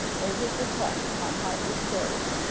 made his attack upon harpers ferry,